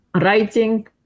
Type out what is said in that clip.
writing